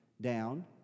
down